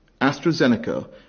AstraZeneca